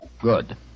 Good